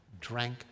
drank